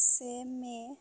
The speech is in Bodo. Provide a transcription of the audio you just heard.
से मे